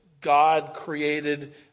God-created